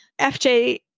FJ